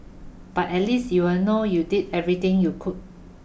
but at least you'll know you did everything you could